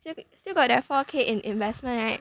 still still got that four k in investment right